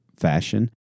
fashion